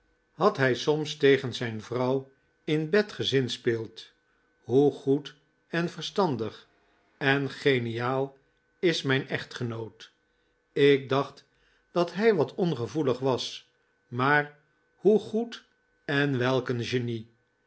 had hij soms tegen zijn vrouw in bed gezinspeeld hoe goed en verstandig en geniaal is mijn echtgenoot ik dacht dat hij wat ongevoelig was maar hoe goed en welk een genie